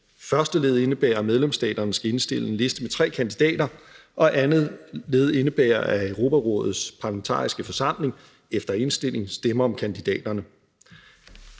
Første led indebærer, at medlemsstaterne skal indstille en liste med tre kandidater, og andet led indebærer, at Europarådets Parlamentariske Forsamling efter indstilling stemmer om kandidaterne.